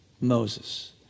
Moses